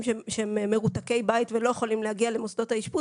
שהם מרותקי בית ולא יכולים להגיע למוסדות האשפוז,